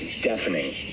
deafening